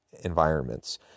environments